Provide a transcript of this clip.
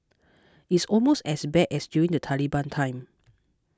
it's almost as bad as during the Taliban time